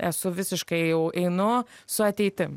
esu visiškai jau einu su ateitim